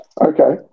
Okay